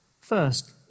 First